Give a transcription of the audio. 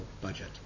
budget